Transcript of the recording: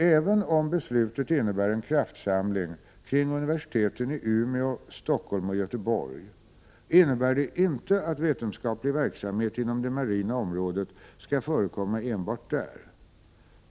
Även om beslutet innebär en kraftsamling kring universiteten i Umeå, Stockholm och Göteborg innebär det inte att vetenskaplig verksamhet inom det marina området skall förekomma enbe'rt där.